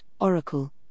Oracle